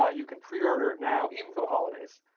ah you can pre order it. now, even for the holidays.